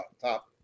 top